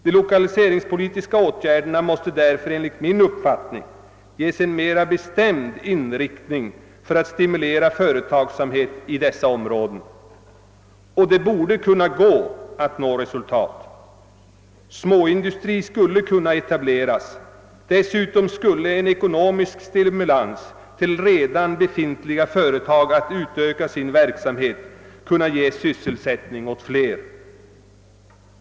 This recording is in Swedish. De lokaliseringspolitiska åtgärderna måste därför enligt min uppfattning ges en mera bestämd inriktning för att stimulera företagsamhet i detta område. Det borde vara möjligt att nå resultat. Småindustri skulle kunna etableras. Dessutom skulle en ekonomisk stimulans till redan befintliga företag att utöka sin verksamhet kunna ge sysselsättning åt fler.